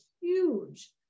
huge